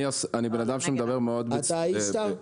אני מדבר מאוד בקצרה.